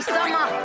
Summer